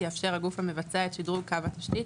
יאפשר הגוף המבצע את שדרוג קו התשתית,